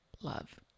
love